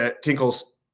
Tinkle's